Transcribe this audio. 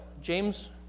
James